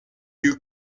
you